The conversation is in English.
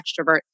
extrovert